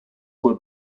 were